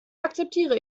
akzeptiere